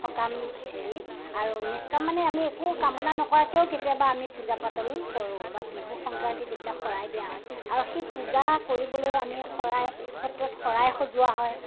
সকাম হেৰি আৰু নিষ্কাম মানে আমি একো কামনা নকৰাকেও কেতিয়াবা আমি পূজা পাতল কৰোঁ বা বিহু সংক্ৰান্তিত এইবিলাক শৰাই দিয়া হয় আৰু সেই পূজা কৰিবলৈ আমি শৰাই সত্ৰত শৰাই সজোৱা হয়